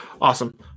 Awesome